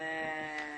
אני